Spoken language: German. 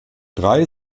drei